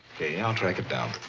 okay, i'll track it down.